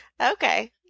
Okay